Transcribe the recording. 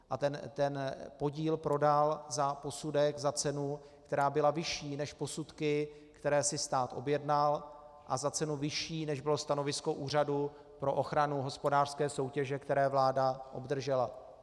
A ten podíl prodal za posudek, za cenu, která byla vyšší než posudky, které si stát objednal, a za cenu vyšší, než bylo stanovisko Úřadu pro ochranu hospodářské soutěže, které vláda obdržela.